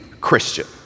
Christian